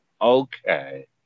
Okay